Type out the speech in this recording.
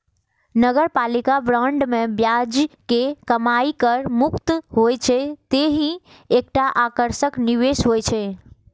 नगरपालिका बांड मे ब्याज के कमाइ कर मुक्त होइ छै, तें ई एकटा आकर्षक निवेश होइ छै